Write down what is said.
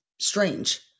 strange